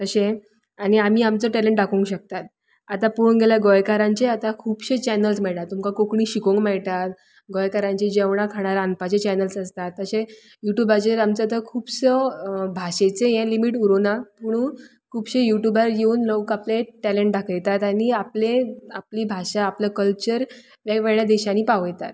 तशेंच आनी आमचो टेलंट दाखोवंक शकतात आतां पळोवंक गेल्यार गोंयकारांचे आतां खुबशे चेनल्स मेळटा तुमकां कोंकणी शिकोवंक मेळटा गोंयकाराचें जेवणा खाणाचे रांदपाचे चेनल्स आसता तशेंच युट्यूबाचेर आमचो आतां खुबसो भाशेचे हे आतां लिमीट उरूंक ना पूण खुबशे युट्यूबार येवन लोक आपले टेलंट दाखयतात आनी आपले आपली भाशा आपलो कल्चर वेग वेगळ्यां देशांनी पावयतात